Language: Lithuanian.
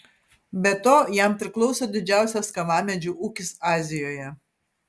be to jam priklauso didžiausias kavamedžių ūkis azijoje